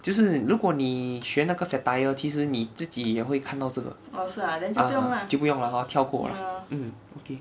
就是如果你学那个 satire 其实你自己也会看到这个 ah 就不用 lah hor 跳过 lah mm okay